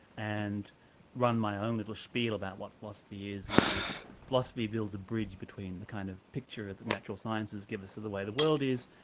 and run my own little spiel about what philosophy is, which is philosophy builds a bridge between the kind of picture that natural sciences give us of the way the world is,